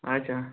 اَچھا